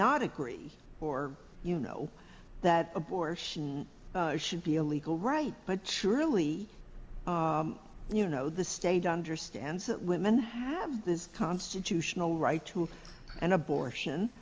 not agree or you know that abortion should be illegal right but surely you know the state understands that women have this constitutional right to have an abortion